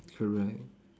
correct